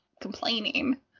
complaining